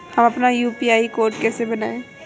हम अपना UPI code कैसे बनाएँ?